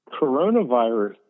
Coronavirus